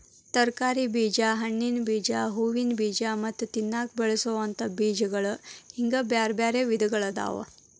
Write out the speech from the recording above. ತರಕಾರಿ ಬೇಜ, ಹಣ್ಣಿನ ಬೇಜ, ಹೂವಿನ ಬೇಜ ಮತ್ತ ತಿನ್ನಾಕ ಬಳಸೋವಂತ ಬೇಜಗಳು ಹಿಂಗ್ ಬ್ಯಾರ್ಬ್ಯಾರೇ ವಿಧಗಳಾದವ